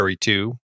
Two